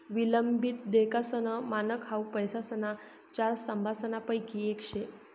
विलंबित देयकासनं मानक हाउ पैसासना चार स्तंभसनापैकी येक शे